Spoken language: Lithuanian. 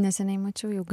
neseniai mačiau jau